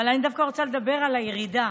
אבל אני דווקא רוצה לדבר על הירידה.